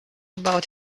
about